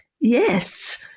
yes